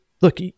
look